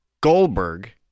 Goldberg